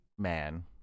Man